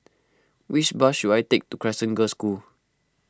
which bus should I take to Crescent Girls' School